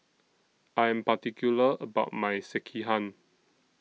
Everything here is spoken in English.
I Am particular about My Sekihan